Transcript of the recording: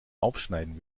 aufschneiden